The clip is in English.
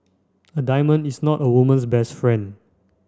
a diamond is not a woman's best friend